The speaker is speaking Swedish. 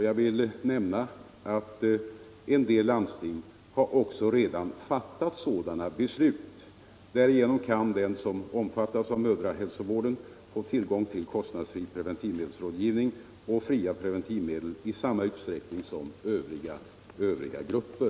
Jag vill nämna att en del landsting också redan har fattat sådana beslut. Därigenom kan den som omfattas av mödrahälsovården få tillgång till kostnadsfri preventivmedelsrådgivning och fria preventivmedel i samma utsträckning som övriga grupper.